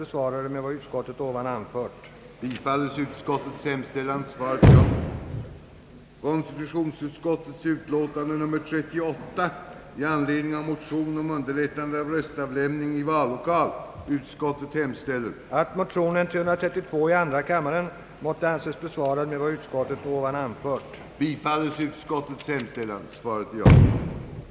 Med hänvisning till vad utskottet sålunda anfört ber jag att få yrka bifall till utskottets hemställan.